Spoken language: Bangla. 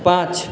পাঁচ